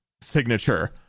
signature